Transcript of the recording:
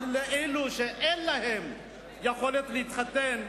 אבל לאלה שאין להם יכולת להתחתן,